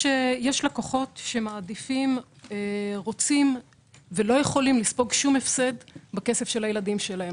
יש לקוחות רבים שלא יכולים לספוג שום הפסד בכסף של הילדים שלהם.